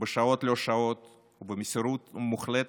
בשעות-לא-שעות ובמסירות מוחלטת,